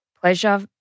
pleasure